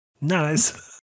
Nice